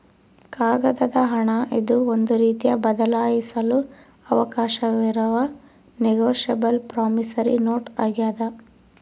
ಕಾಗದದ ಹಣ ಇದು ಒಂದು ರೀತಿಯ ಬದಲಾಯಿಸಲು ಅವಕಾಶವಿರುವ ನೆಗೋಶಬಲ್ ಪ್ರಾಮಿಸರಿ ನೋಟ್ ಆಗ್ಯಾದ